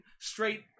straight